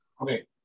Okay